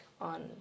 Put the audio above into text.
on